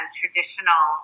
traditional